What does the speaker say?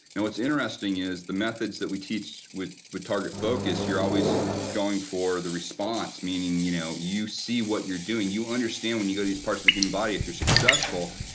and what's interesting interesting is the methods that we teach with with target focus, you're always going for the response, meaning you know you see what you're doing, you understand when you go to these parts of the human body if you're successful,